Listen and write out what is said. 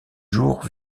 jours